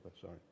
sorry